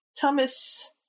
Thomas